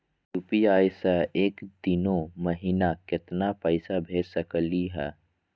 UPI स एक दिनो महिना केतना पैसा भेज सकली हे?